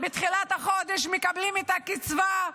בתחילת החודש ומקבלים את הקצבה,